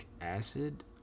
acid